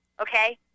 Okay